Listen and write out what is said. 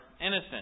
innocent